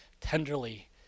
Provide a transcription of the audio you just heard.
tenderly